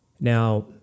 Now